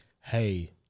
hey